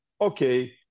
okay